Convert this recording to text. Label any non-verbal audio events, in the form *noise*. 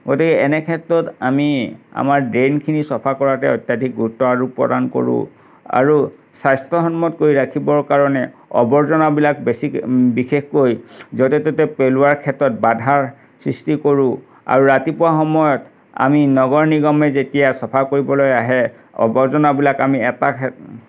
গতিকে এনে ক্ষেত্ৰত আমি আমাৰ ড্ৰেইনখিনি চফা কৰাকৈ অত্যাধিক গুৰুত্ব আৰোপ প্ৰদান কৰোঁ আৰু স্বাস্থ্যসন্মত কৰি ৰাখিবৰ কাৰণে আবৰ্জনাবিলাক বেছিকৈ বিশেষকৈ য'তে ত'তে পেলোৱাৰ ক্ষেত্ৰত বাধাৰ সৃষ্টি কৰোঁ আৰু ৰাতিপুৱা সময়ত আমি নগৰ নিগমে যেতিয়া চফা কৰিবলৈ আহে আবৰ্জনাবিলাক আমি এটা *unintelligible*